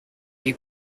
you